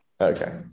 okay